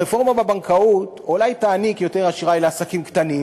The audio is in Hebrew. הרפורמה בבנקאות אולי תעניק יותר אשראי לעסקים קטנים,